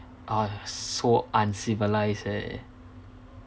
ah so uncivilized eh